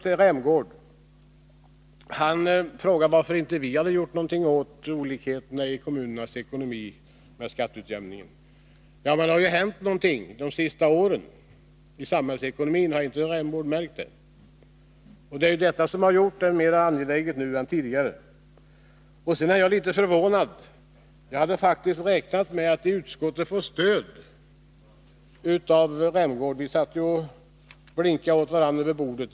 Rolf Rämgård frågar varför vi inte gjort något åt olikheterna i kommunernas ekonomi genom skatteutjämning. Det har ju hänt någonting i samhällsekonomin under de senaste åren. Har inte Rolf Rämgård märkt det? Det är detta som gjort utjämningen mera angelägen nu än tidigare. Jag är litet förvånad, för jag hade faktiskt räknat med att i utskottet få stöd av Rolf Rämgård. Vi satt ju och blinkade åt varandra över bordet.